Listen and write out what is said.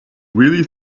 really